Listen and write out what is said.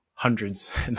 hundreds